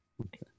okay